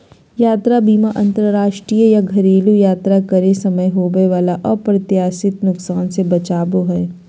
यात्रा बीमा अंतरराष्ट्रीय या घरेलू यात्रा करे समय होबय वला अप्रत्याशित नुकसान से बचाबो हय